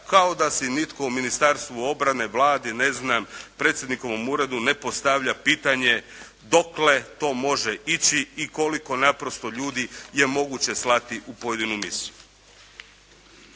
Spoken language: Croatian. kao da se nitko u Ministarstvu obrane, Vladi, ne znam, predsjednikovom Uredu ne postavlja pitanje dokle to može ići i koliko naprosto ljudi je moguće slati u pojedinu misiju.